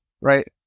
right